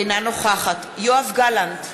אינה נוכחת יואב גלנט,